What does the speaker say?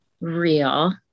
real